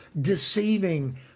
deceiving